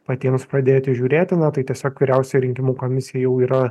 patiems pradėti žiūrėti na tai tiesiog vyriausioji rinkimų komisija jau yra